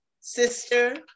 sister